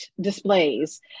displays